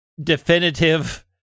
definitive